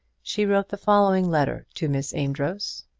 she wrote the following letter to miss amedroz